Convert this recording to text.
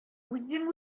үзем